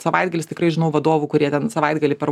savaitgalis tikrai žinau vadovų kurie ten savaitgalį per